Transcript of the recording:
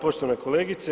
Poštovana kolegice.